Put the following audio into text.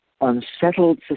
unsettled